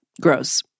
Gross